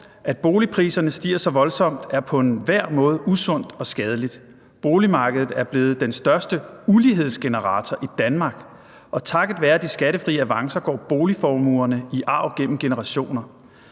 »At boligpriserne stiger så voldsomt, er på enhver måde usundt og skadeligt. Boligmarkedet er blevet den største ulighedsgenerator i Danmark, og takket være de skattefrie avancer går boligformuerne i arv gennem generationer.